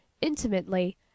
intimately